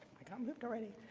i got moved already.